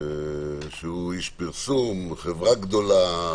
שהוא איש פרסום, חברה גדולה,